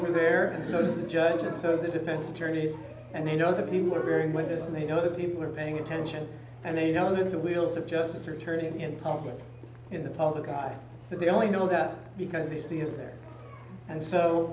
were there and so does the judge and so the defense attorneys and they know the people are very witness and they know that people are paying attention and they know that the wheels of justice are turning in public in the public eye that they only know that because they see is there and so